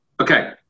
Okay